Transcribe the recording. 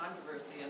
controversy